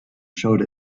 showed